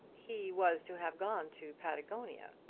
he was to have gone to patagonia,